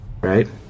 Right